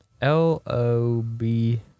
L-O-B